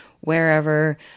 wherever